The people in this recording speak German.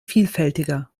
vielfältiger